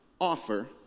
offer